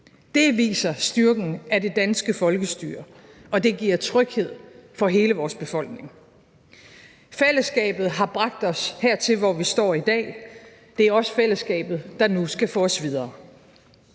Det viser styrken af det danske folkestyre, og det giver tryghed for hele vores befolkning. Fællesskabet har bragt os hertil, hvor vi står i dag. Det er også fællesskabet, der nu skal få os videre.